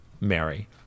Mary